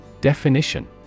Definition